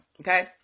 Okay